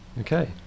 Okay